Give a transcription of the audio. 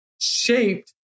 shaped